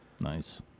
Nice